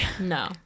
No